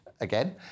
again